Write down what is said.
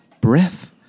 Breath